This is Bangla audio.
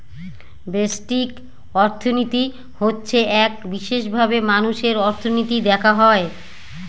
ব্যষ্টিক অর্থনীতি হচ্ছে এক বিশেষভাবে মানুষের অর্থনীতি দেখা হয়